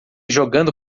jogando